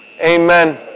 Amen